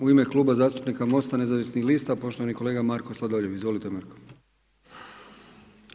U ime Kluba zastupnika MOST-a nezavisnih lista poštovani kolega Marko Sladoljev, izvolite Marko.